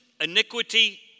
iniquity